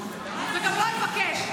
ואני גם לא אבקש,